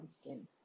skin